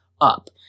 up